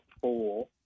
four